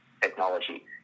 technology